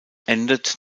endet